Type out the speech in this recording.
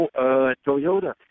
Toyota